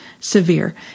severe